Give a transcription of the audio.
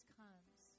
comes